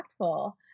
impactful